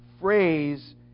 phrase